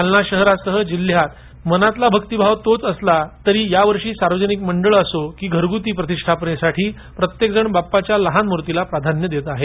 जालना शहरासह जिल्ह्यात मनातला भक्तीभाव तोच असला तरी यावर्षी सार्वजनिक मंडळे असो की घरगुती प्रतिष्ठापनेसाठी प्रत्येकजण बाप्पाच्या लहान मूर्तीला प्राधान्य देत आहे